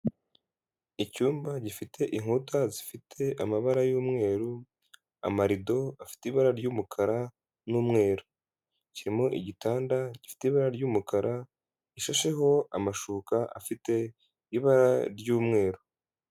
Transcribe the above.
Icyumba gifite inkuta zifite amabara y'umweru, amarido afite ibara ry'umukara n'umweru, kirimo igitanda gifite ibara ry'umukara, rishasheho amashuka afite ibara ry'umweru.